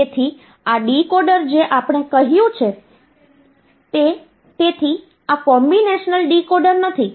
તેથી તે નંબર 16 ન હોઈ શકે અને 4 બીટ નંબર સિસ્ટમમાં તેને રજૂ કરી શકાતું નથી